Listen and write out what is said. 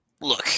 look